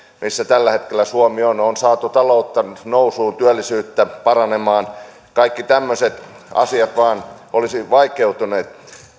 missä tällä hetkellä suomi on on saatu taloutta nyt nousuun työllisyyttä paranemaan kaikki tämmöiset asiat olisivat vain vaikeutuneet